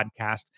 podcast